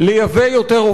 רק בשנה שעברה,